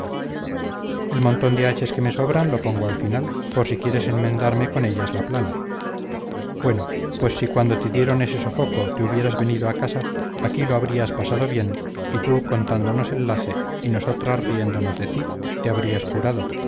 el montón de haches que me sobran lo pongo al final por si quieres enmendarme con ellas la plana bueno pues si cuando te dieron ese sofoco te ubieras venido a casa aquí lo abrías pasado bien y tú contándonos el lance y nosotras riéndonos de ti te abrías curado